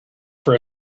for